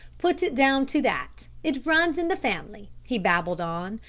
put it down to that. it runs in the family, he babbled on.